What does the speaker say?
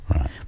Right